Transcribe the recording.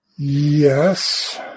Yes